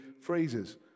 phrases